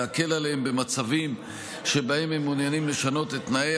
להקל עליהם במצבים שבהם הם מעוניינים לשנות את תנאי